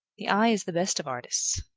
the eye is the best of artists.